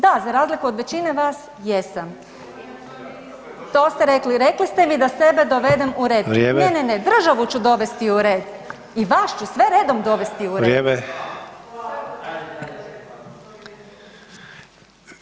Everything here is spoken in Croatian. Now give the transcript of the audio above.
Da, za razliku od većine vas jesam … [[Upadica: Ne razumije se.]] to ste rekli, rekli ste mi da sebe dovedem u red [[Upadica: Vrijeme.]] ne, ne, ne, državu ću dovesti u red i vas ću sve redom dovesti u red.